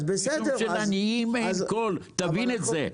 משום שלעניים אין קול, צריך להבין את זה.